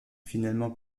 finalement